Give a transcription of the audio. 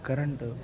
current